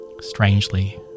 Strangely